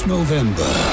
November